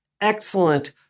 excellent